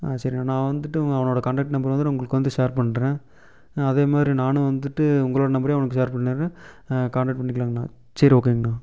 ஆ சரிணா நான் வந்துவிட்டு அவ் அவனோட கான்டக்ட் நம்பரு வந்து நான் உங்கள்க்கு வந்து ஷேர் பண்ணுறேன் அதே மாரி நானும் வந்துவிட்டு உங்களோட நம்பரையும் அவனுக்கு ஷேர் பண்ணிடுறேன் கான்டக்ட் பண்ணிக்கிலாங்கணா சரி ஓகேங்கணா